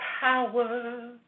power